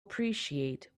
appreciate